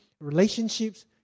relationships